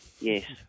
Yes